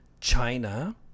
china